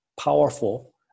powerful